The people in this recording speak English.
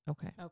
Okay